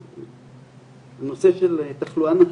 הנושא של תחלואה נפשית,